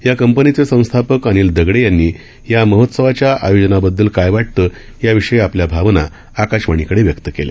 या कंपनीचे संस्थापक अनिल दगडे यांनी या महोत्सवाच्या आयोजनाबददल काय वाटतं याविषयी आपल्या भावना आकाशवाणीकडे व्यक्त केल्या